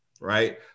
right